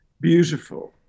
beautiful